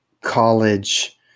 college